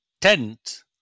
tent